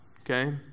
Okay